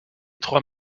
trois